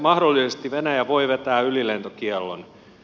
mahdollisesti venäjä voi vetää ylilentokiellon